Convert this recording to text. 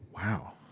Wow